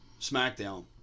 SmackDown